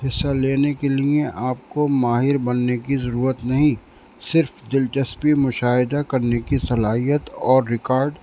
حصہ لینے کے لیے آپ کو ماہر بننے کی ضرورت نہیں صرف دلچسپی مشاہدہ کرنے کی صلاحیت اور ریکارڈ